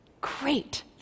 great